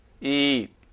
Eat